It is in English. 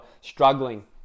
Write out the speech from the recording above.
struggling